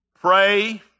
Pray